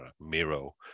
Miro